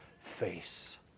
face